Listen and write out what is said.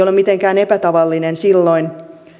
ole mitenkään epätavallinen silloin